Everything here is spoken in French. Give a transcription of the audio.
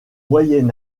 moyen